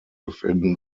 within